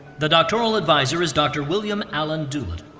the doctoral advisor is dr. william alan doolittle.